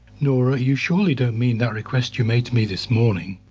nora you surely don't mean that request you made to me this morning?